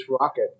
rocket